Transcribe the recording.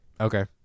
Okay